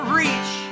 reach